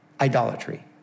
idolatry